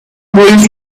bridge